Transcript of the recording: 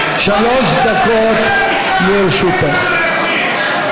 שלוש דקות לרשותך.